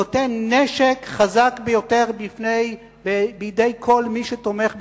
נותן נשק חזק ביותר בידי כל מי שתומך בסרבנות.